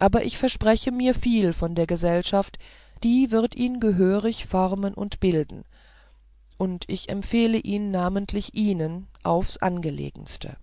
aber ich verspreche mir viel von der gesellschaft die wird ihn gehörig formen und bilden und ich empfehle ihn namentlich ihnen aufs angelegenste